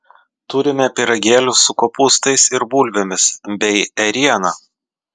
turime pyragėlių su kopūstais ir bulvėmis bei ėriena